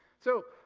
so,